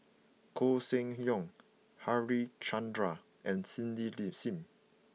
Koh Seng Leong Harichandra and Cindy Leaf Sim